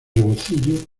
rebocillo